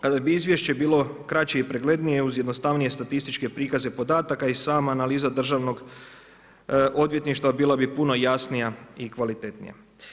Kada bi izvješće bilo kraće i preglednije, uz jednostavnije statističke prikaze podataka i sama analiza državnog odvjetništva bila bi puno jasnija i kvalitetnija.